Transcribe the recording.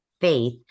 faith